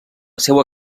seua